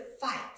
fight